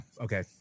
okay